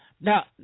now